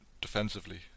defensively